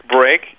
break